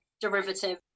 derivative